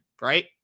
right